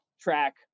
track